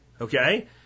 Okay